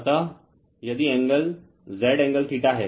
अतः यदि angle Z angle है